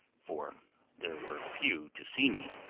for there were few to see me.